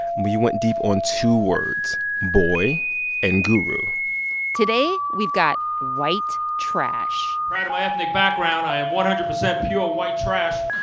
we went deep on two words boy and guru today, we've got white trash i'm proud of my ethnic background. i am one hundred percent pure white trash